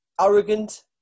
arrogant